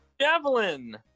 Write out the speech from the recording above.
Javelin